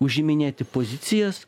užiminėti pozicijas